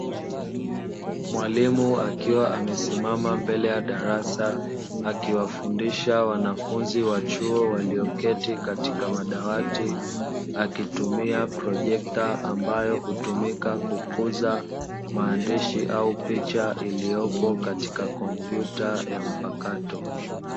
Mwalimu akiwa amesimama mbele ya darasa akiwafundisha wanafunzi wa chuo walioketi Katika madawati. Akitumia projekta ambayo hutumika kukuza maandishi au picha iliyopo Katika kompyuta mpakato.